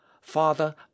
Father